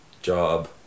job